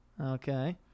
Okay